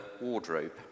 wardrobe